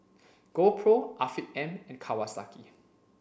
GoPro Afiq M and Kawasaki